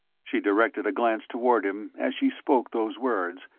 she directed a glance toward him as she spoke those words,